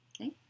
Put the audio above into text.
Okay